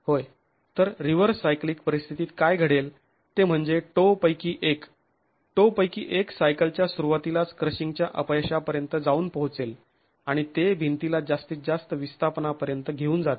होय तर reverse cyclic परिस्थितीत काय घडेल ते म्हणजे टो पैकी एक टो पैकी एक सायकलच्या सुरुवातीलाच क्रशिंगच्या अपयशापर्यंत जाऊन पोहोचेल आणि ते भिंतीला जास्तीत जास्त विस्थापनापर्यंत घेऊन जाते